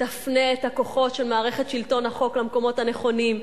תפנה את הכוחות של מערכת שלטון החוק למקומות הנכונים,